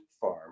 farm